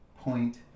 Point